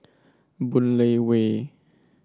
Boon Lay Way